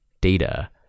data